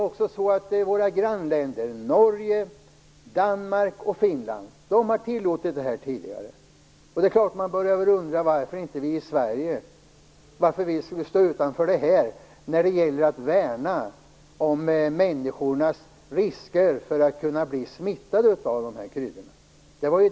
Våra grannländer Norge, Danmark och Finland har tillåtit detta tidigare, och man börjar undrar varför vi i Sverige skulle stå utanför detta - det handlar ju om att människor löper risk att blir sjuka av kryddorna.